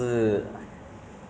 可以 pass 但是